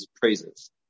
praises